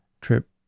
trip